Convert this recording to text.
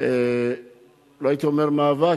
לא הייתי אומר מאבק,